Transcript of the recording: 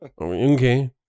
okay